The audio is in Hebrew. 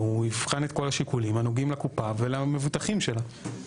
והוא יבחן את כל השיקולים הנוגעים לקופה ולמבוטחים שלה.